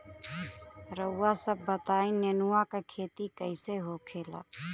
रउआ सभ बताई नेनुआ क खेती कईसे होखेला?